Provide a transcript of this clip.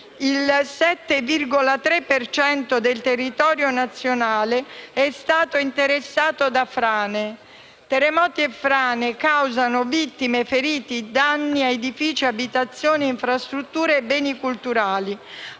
cento del territorio nazionale è stato interessato da frane. Terremoti e frane causano vittime, feriti e danni a edifici, abitazioni, infrastrutture e beni culturali.